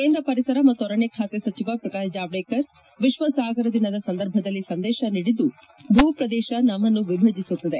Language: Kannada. ಕೇಂದ್ರ ಪರಿಸರ ಮತ್ತು ಅರಣ್ಣ ಖಾತೆಯ ಸಚಿವ ಪ್ರಕಾಶ್ ಜಾವಡೇಕರ್ ವಿಶ್ವ ಸಾಗರ ದಿನದ ಸಂದರ್ಭದಲ್ಲಿ ಸಂದೇಶ ನೀಡಿದ್ದು ಭೂ ಪ್ರದೇಶ ನಮ್ಮನ್ನು ವಿಭಜಸುತ್ತದೆ